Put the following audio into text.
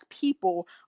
people